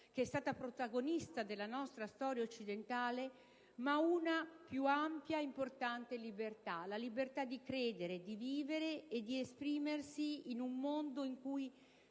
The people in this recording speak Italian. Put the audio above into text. che è stata protagonista della nostra storia occidentale, ma una più ampia e importante libertà: la libertà di credere, di vivere ed esprimersi in un mondo in cui